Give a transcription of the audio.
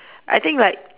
I think like